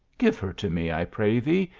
give her to me, i pray thee,